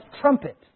trumpet